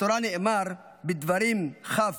בתורה נאמר, בדברים כ',